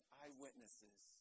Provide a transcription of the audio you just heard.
eyewitnesses